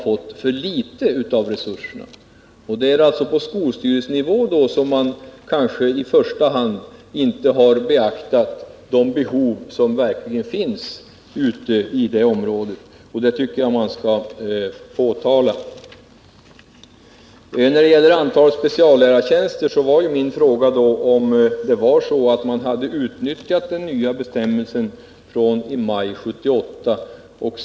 Det är alltså kanske i första hand på skolstyrelsenivå som man då inte har beaktat de behov som verkligen finns inom området, och ett sådant förhållande tycker jag att man skall påtala. När det gäller antalet speciallärartjänster avsåg min fråga huruvida man hade utnyttjat den nya bestämmelse som infördes i maj 1978.